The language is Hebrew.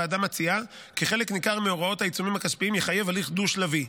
הוועדה מציעה כי חלק ניכר מהוראות העיצומים הכספיים יחייב הליך דו-שלבי,